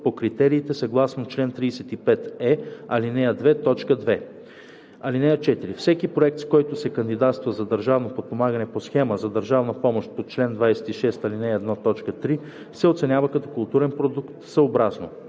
по критериите съгласно чл. 35е, ал. 2, т. 2. (4) Всеки проект, с който се кандидатства за държавно подпомагане по схема за държавна помощ по чл. 26, ал. 1, т. 3, се оценява като културен продукт съобразно: